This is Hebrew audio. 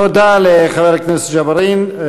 תודה לחבר הכנסת ג'בארין.